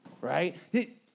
right